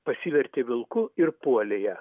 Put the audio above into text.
pasivertė vilku ir puolė ją